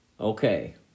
Okay